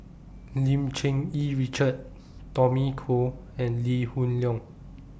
Lim Cherng Yih Richard Tommy Koh and Lee Hoon Leong